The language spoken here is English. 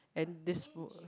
and this room